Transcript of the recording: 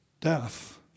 death